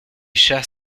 chats